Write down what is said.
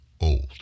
old